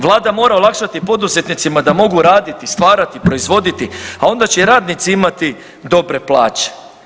Vlada mora olakšati poduzetnicima da mogu raditi, stvarati, proizvoditi, a onda će i radnici imati dobre plaće.